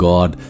God